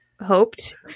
hoped